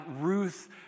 Ruth